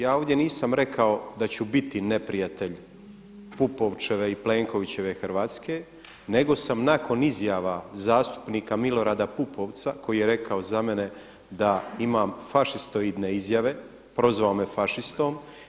Ja ovdje nisam rekao da ću biti neprijatelj Pupovčeve i Plenkovićeve Hrvatske, nego sam nakon izjava zastupnika Milorada Pupovca koji je rekao za mene da imam fašistoidne izjave prozvao me fašistom.